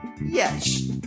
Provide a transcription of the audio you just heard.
Yes